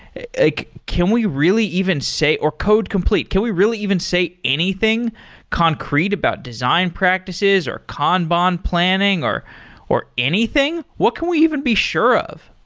like can we really even say or code complete. can we really even say anything concrete about design practices, or kanban planning, or or anything? what can we even be sure of?